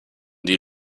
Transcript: die